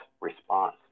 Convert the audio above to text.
response